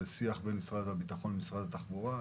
זה שיח בין משרד הביטחון למשרד התחבורה.